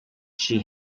she